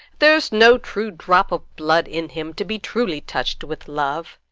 there's no true drop of blood in him, to be truly touched with love.